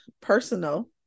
personal